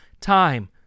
time